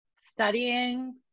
studying